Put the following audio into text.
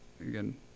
again